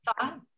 thought